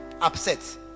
upset